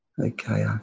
okay